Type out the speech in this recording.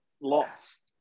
Lots